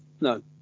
no